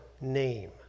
name